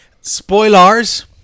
Spoilers